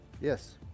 Yes